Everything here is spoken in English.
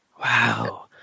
Wow